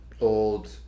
old